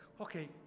okay